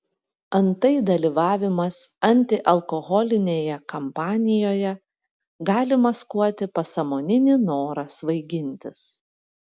antai dalyvavimas antialkoholinėje kampanijoje gali maskuoti pasąmoninį norą svaigintis